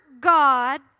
God